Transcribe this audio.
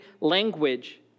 language